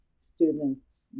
students